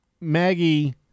Maggie